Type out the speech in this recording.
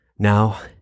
Now